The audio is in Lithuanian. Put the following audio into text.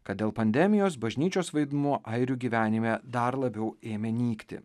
kad dėl pandemijos bažnyčios vaidmuo airių gyvenime dar labiau ėmė nykti